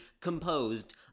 composed